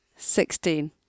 Sixteen